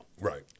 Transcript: right